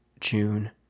june